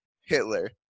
hitler